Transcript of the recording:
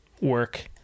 work